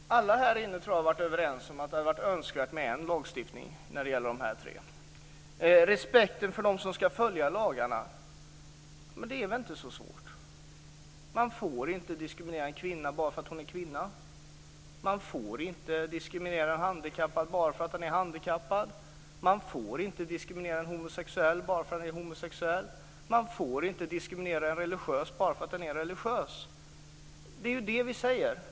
Fru talman! Jag tror att alla här inne har varit överens om att det hade varit önskvärt med en lagstiftning när det gäller de här tre områdena. Margareta Andersson talar om respekten för dem som skall följa lagarna. Men det är väl inte så svårt. Man får inte diskriminera en kvinna bara därför att hon är kvinna. Man får inte diskriminera en handikappad bara därför att han är handikappad. Man får inte diskriminera en homosexuell bara därför att han är homosexuell. Man får inte diskriminera en religiös bara därför att han är religiös. Det är ju det vi säger!